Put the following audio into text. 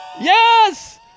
Yes